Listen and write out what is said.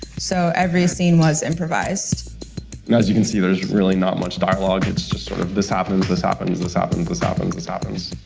so, every scene was improvised. as you can see, there's really not much dialogue, it's just sort-of. sort of this happens, this happens, this happens, this happens, this happens.